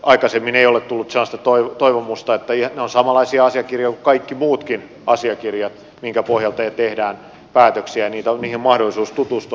aikaisemmin ei ole tullut sellaista toivomusta mutta ne ovat samanlaisia asiakirjoja kuin kaikki muutkin asiakirjat joiden pohjalta tehdään päätöksiä ja niihin on mahdollisuus tutustua